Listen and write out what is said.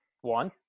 One